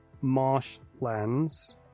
marshlands